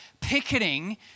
picketing